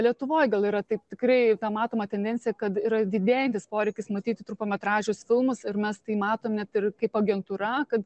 lietuvoj gal yra taip tikrai ta matoma tendencija kad yra didėjantis poreikis matyti trumpametražius filmus ir mes tai matom net ir kaip agentūra kad